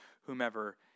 whomever